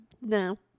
No